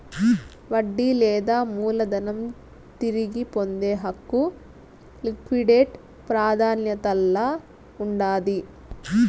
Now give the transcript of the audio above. వడ్డీ లేదా మూలధనం తిరిగి పొందే హక్కు లిక్విడేట్ ప్రాదాన్యతల్ల ఉండాది